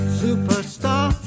superstar